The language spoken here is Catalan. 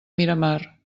miramar